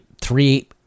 three